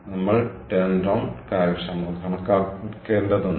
നമ്മൾ ടേൺറൌണ്ട് കാര്യക്ഷമത കണക്കാക്കേണ്ടതുണ്ട്